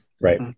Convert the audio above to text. right